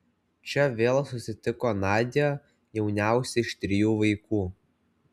čia vėl susitiko nadią jauniausią iš trijų vaikų